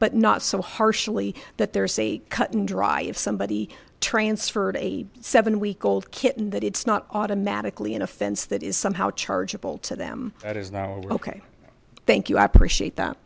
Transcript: but not so harshly that there's a cut and dry if somebody transferred a seven week old kitten that it's not automatically an offense that is somehow chargeable to them that is that ok thank you i appreciate that